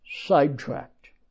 sidetracked